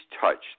touched